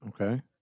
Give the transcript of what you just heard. okay